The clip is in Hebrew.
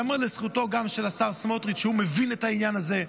ייאמר לזכותו גם של השר סמוטריץ' שהוא מבין את העניין הזה.